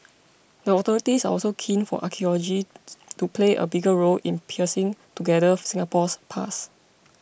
the authorities are also keen for archaeology to play a bigger role in piecing together Singapore's past